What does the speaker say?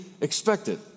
expected